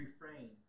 refrain